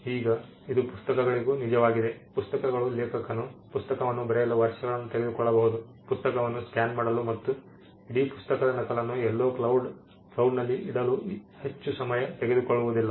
ಈಗ ಇದು ಪುಸ್ತಕಗಳಿಗೂ ನಿಜವಾಗಿದೆ ಪುಸ್ತಕಗಳು ಲೇಖಕನು ಪುಸ್ತಕವನ್ನು ಬರೆಯಲು ವರ್ಷಗಳನ್ನು ತೆಗೆದುಕೊಳ್ಳಬಹುದು ಪುಸ್ತಕವನ್ನು ಸ್ಕ್ಯಾನ್ ಮಾಡಲು ಮತ್ತು ಇಡೀ ಪುಸ್ತಕದ ನಕಲನ್ನು ಎಲ್ಲೋ ಕ್ಲೌಡ್ ಲ್ಲಿ ಇಡಲು ಹೆಚ್ಚು ಸಮಯ ತೆಗೆದುಕೊಳ್ಳುವುದಿಲ್ಲ